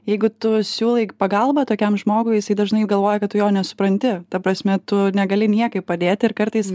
jeigu tu siūlai pagalbą tokiam žmogui jisai dažnai galvoja kad tu jo nesupranti ta prasme tu negali niekaip padėti ir kartais